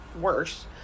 worse